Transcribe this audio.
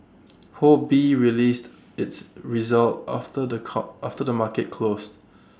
ho bee released its results after the car after the market closed